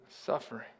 suffering